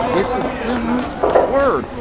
it's a different word.